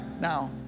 now